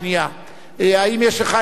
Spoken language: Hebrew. האם יש לך הרהורים או פקפוקים,